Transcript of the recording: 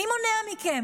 מי מונע מכם?